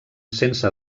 sense